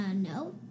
No